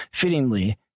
fittingly